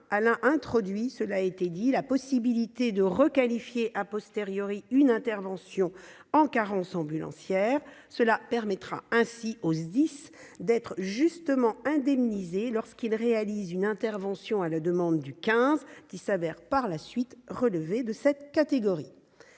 Enfin, elle a introduit la possibilité de requalifier une intervention en carence ambulancière, ce qui permettra aux SDIS d'être justement indemnisés lorsqu'ils réalisent une intervention à la demande du 15 qui s'avère par la suite relever de cette catégorie.